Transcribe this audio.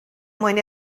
mwyn